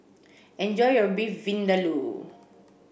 enjoy your Beef Vindaloo